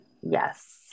Yes